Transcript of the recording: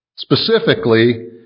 Specifically